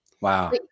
wow